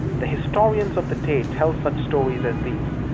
the historians of the day tell such stories as these.